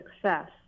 success